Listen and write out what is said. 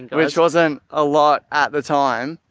which wasn't a lot at the time.